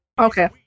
Okay